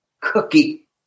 cookie